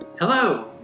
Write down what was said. Hello